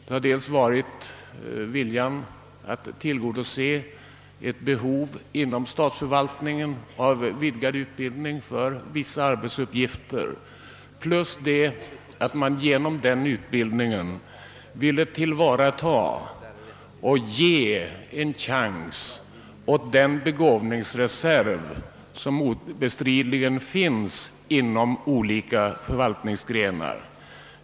Det har dels varit viljan att tillgodose ett behov inom statsförvaltningen av vidgad utbildning för vissa arbetsuppgifter och dels att man genom den utbildningen ville tillvarata och ge en chans åt den begåvningsreserv, som obestridligen finns inom olika förvaltningsgrenar.